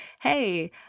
hey